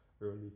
early